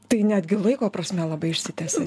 tai netgi laiko prasme labai išsitęsia